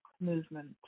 movement